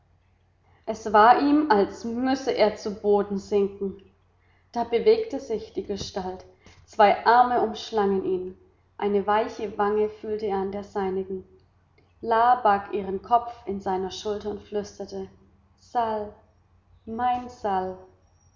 es war ihm als müsse er zu boden sinken da bewegte sich die gestalt zwei arme umschlangen ihn eine weiche wange fühlte er an der seinigen la barg ihren kopf an seiner schulter und flüsterte sal